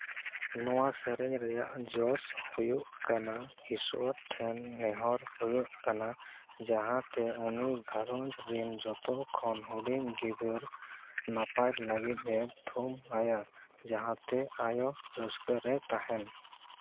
ᱱᱚᱣᱟ ᱥᱮᱨᱮᱧ ᱨᱮᱭᱟᱜ ᱡᱚᱥ ᱦᱩᱭᱩᱜ ᱠᱟᱱᱟ ᱤᱥᱥᱚᱨ ᱴᱷᱮᱱ ᱱᱮᱦᱚᱨ ᱦᱩᱭᱩᱜ ᱠᱟᱱᱟ ᱡᱟᱦᱟᱸᱛᱮ ᱩᱱᱤ ᱜᱷᱟᱸᱨᱚᱡᱽ ᱨᱤᱱ ᱡᱚᱛᱚ ᱠᱷᱚᱱ ᱦᱩᱰᱤᱧ ᱜᱤᱫᱟᱹᱨ ᱱᱟᱯᱟᱭ ᱞᱟᱹᱜᱤᱫᱼᱮ ᱛᱷᱩᱢ ᱟᱭᱟ ᱡᱟᱦᱟᱸᱛᱮ ᱟᱭᱳ ᱨᱟᱹᱥᱠᱟᱹ ᱨᱮᱭ ᱛᱟᱦᱮᱱ